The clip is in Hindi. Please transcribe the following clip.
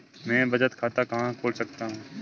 मैं बचत खाता कहाँ खोल सकता हूँ?